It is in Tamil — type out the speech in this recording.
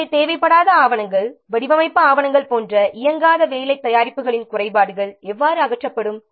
எனவே தேவைப்படாத ஆவணங்கள் வடிவமைப்பு ஆவணங்கள் போன்ற இயங்காத வேலை தயாரிப்புகளின் குறைபாடுகள் எவ்வாறு அகற்றப்படும்